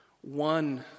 One